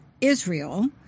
Israel